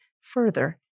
further